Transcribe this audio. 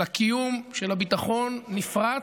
של הקיום, של הביטחון, נפרץ,